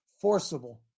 Forcible